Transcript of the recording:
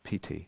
PT